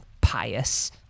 pious